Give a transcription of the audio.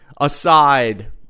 aside